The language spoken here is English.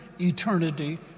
eternity